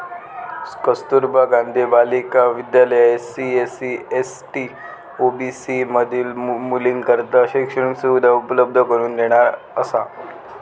Kasturba Gandhi Balika Vidyalaya SC, ST, OBC मधील मुलींकरता शैक्षणिक सुविधा उपलब्ध करून देणारा असा